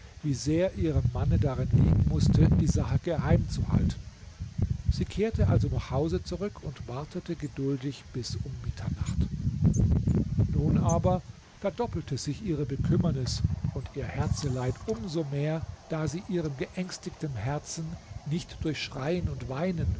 wie sehr ihrem mann daran liegen mußte die sache geheim zu halten sie kehrte also nach hause zurück und wartete geduldig bis um mitternacht nun aber verdoppelte sich ihre bekümmernis und ihr herzeleid um so mehr da sie ihrem geängstigten herzen nicht durch schreien und weinen